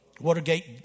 Watergate